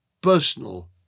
personal